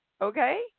okay